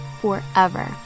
forever